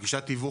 פגישת תיווך,